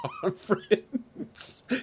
conference